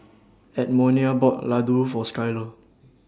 Edmonia bought Ladoo For Skyler